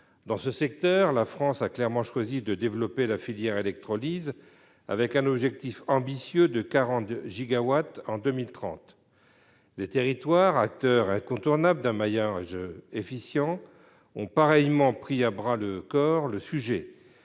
Dans ce secteur, la France a clairement choisi de développer la filière électrolyse, un objectif ambitieux de 40 gigawatts en 2030 étant défini. Les territoires, acteurs incontournables d'un maillage efficient, ont pareillement pris le sujet